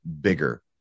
bigger